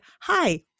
hi